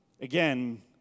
Again